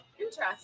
Interesting